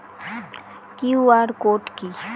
QR code কি?